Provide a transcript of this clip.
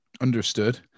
Understood